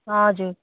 हजुर